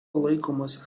laikomas